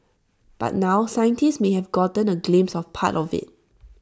but now scientists may have gotten A glimpse of part of IT